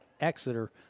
Exeter